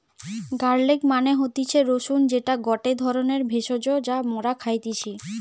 garlic মানে হতিছে রসুন যেটা গটে ধরণের ভেষজ যা মরা খাইতেছি